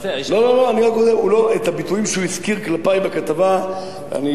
את הביטויים שהוא הזכיר כלפי בכתבה אני לא זוכר במדויק,